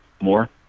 more